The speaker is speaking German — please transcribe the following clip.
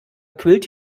quillt